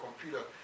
computer